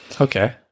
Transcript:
Okay